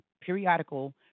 Periodical